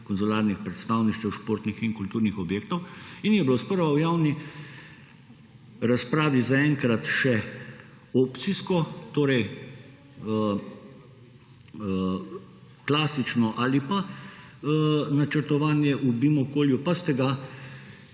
konzularnih predstavništev, športnih in kulturnih objektov in je bilo sprva v javni razpravi zaenkrat še opcijsko, torej klasično ali pa načrtovanje v BIM okolju, pa ste ga